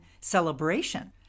celebration